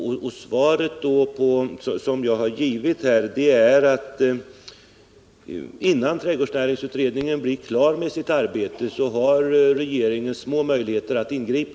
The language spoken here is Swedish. Det svar som jag här har givit är att innan trädgårdsnäringsutredningen blir klar med sitt arbete har regeringen små möjligheter att ingripa.